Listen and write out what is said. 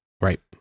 right